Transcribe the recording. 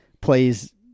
plays